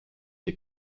des